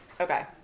Okay